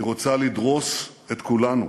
היא רוצה לדרוס את כולנו.